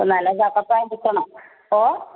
അപ്പോൾ നല്ല നല്ല ചക്കപ്പഴം കിട്ടണം ഓ